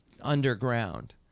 underground